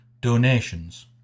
donations